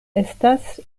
estas